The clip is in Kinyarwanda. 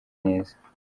neza